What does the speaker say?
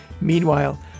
Meanwhile